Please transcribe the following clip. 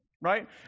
Right